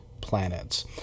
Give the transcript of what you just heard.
planets